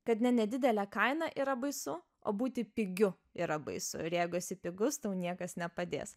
kad ne nedidelė kaina yra baisu o būti pigiu yra baisu ir jeigu esi pigus tau niekas nepadės